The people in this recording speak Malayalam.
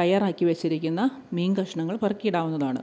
തയ്യാറാക്കി വെച്ചിരിക്കുന്ന മീൻ കഷ്ണങ്ങൾ പെറുക്കി ഇടാവുന്നതാണ്